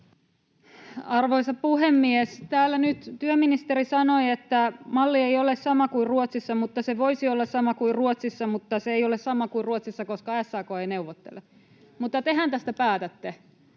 Arvoisa puhemies! Täällä nyt työministeri sanoi, että malli ei ole sama kuin Ruotsissa ja että se voisi olla sama kuin Ruotsissa, mutta se ei ole sama kuin Ruotsissa, koska SAK ei neuvottele. Mutta tehän tästä päätätte.